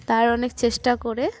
তার অনেক চেষ্টা করে